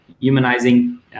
humanizing